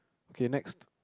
okay next